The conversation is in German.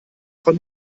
von